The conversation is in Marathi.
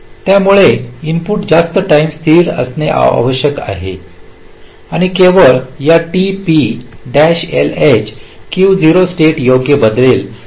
त्यामुळे इनपुट हे जास्त टाईम स्थिर असणे आवश्यक आहे आणि केवळ या tp lh Q0 स्टेट योग्य बदलेल